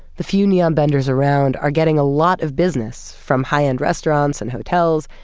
the few neon benders around are getting a lot of business from high end restaurants, and hotels,